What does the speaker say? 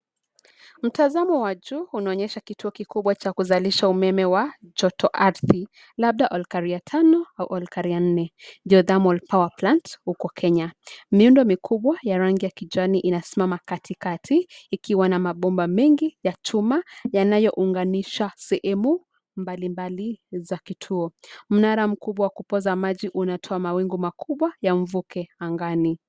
Mtazamo wa juu unaonyesha kituo kikubwa cha kuzalisha umeme wa joto ardhi labda Olkaria Tano au Olkaria Nne Geothermal Powerplant huko Kenya. Miundo mikubwa ya rangi ya kijani inasimama katikati ikiwa na mabomba mengi ya chuma yanayounganisha sehemu mbalimbali za kituo. Mnara mkubwa wa kupoza maji unatoa mawingu makubwa ya mvuke angani.